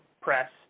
press